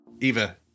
Eva